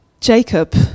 Jacob